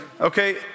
Okay